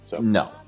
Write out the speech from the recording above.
No